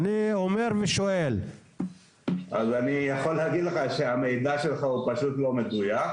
אני פה חושב שצריך להקים פורום חשיבה,